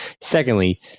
Secondly